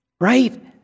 Right